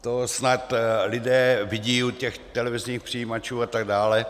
To snad lidé vidí u těch televizních přijímačů a tak dále.